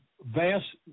vast